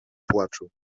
płaczu